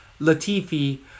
Latifi